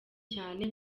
cyane